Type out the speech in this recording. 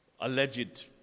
alleged